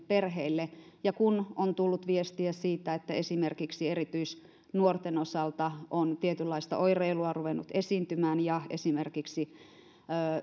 perheille ja kun on tullut viestiä siitä että esimerkiksi erityisnuorten osalta on tietynlaista oireilua ruvennut esiintymään ja esimerkiksi